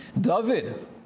David